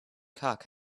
cock